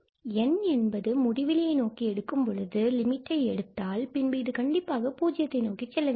n என்று முடிவிலியை நோக்கி எடுக்கும்பொழுது லிமிட்டை எடுத்தால் பின்பு இது கண்டிப்பாக பூஜ்ஜியம் நோக்கி செல்ல வேண்டும்